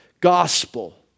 gospel